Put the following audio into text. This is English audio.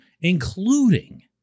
including